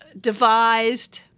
devised